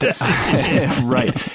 Right